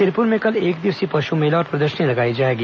सिरपुर में कल एकदिवसीय पश् मेला और प्रदर्शनी लगाई जाएगी